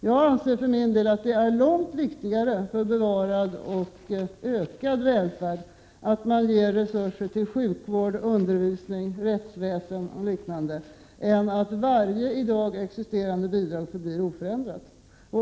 Jag anser för min del att det är långt viktigare för bevarad och ökad välfärd att man ger resurser till sjukvård, undervisning, rättsväsen och liknande än att varje i dag existerande bidrag förblir oförändrat.